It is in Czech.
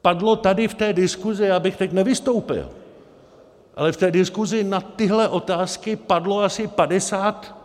Padlo tady v té diskusi já bych teď nevystoupil, ale v té diskusi na tyhle otázky padlo asi padesát...